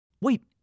Wait